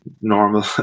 normal